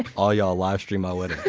and all y'all livestream my wedding